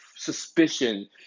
Suspicion